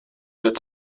wird